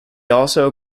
also